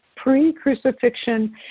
pre-crucifixion